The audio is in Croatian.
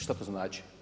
Što to znači?